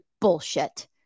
bullshit